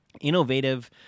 innovative